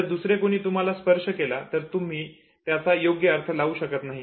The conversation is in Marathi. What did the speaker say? जर दुसरे कोणी तुम्हाला स्पर्श केला तर तुम्ही त्याचा योग्य अर्थ लावू शकत नाही